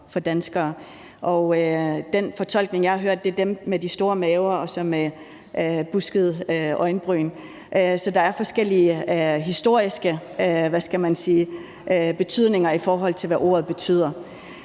for danskere. Og den fortolkning, jeg har hørt, er, at det er dem med de store maver og buskede øjenbryn, så der er forskellige historiske, hvad skal man sige, betydninger af ordet.